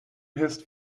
hissed